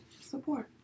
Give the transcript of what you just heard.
support